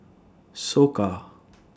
Soka